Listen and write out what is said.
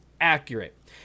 accurate